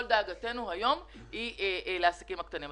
כל דאגתנו היום היא לעסקים הקטנים.